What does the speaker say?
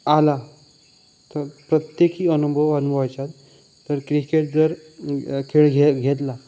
आला तर प्रत्येकी अनुभव तर क्रिकेट जर खेळ घे घेतला